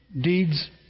Deeds